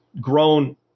grown